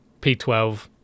P12